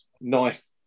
knife